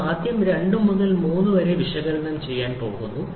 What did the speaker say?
ഞങ്ങൾ ആദ്യം 2 മുതൽ 3 വരെ വിശകലനം ചെയ്യാൻ പോകുന്നു